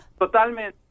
Totalmente